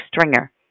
Stringer